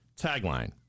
tagline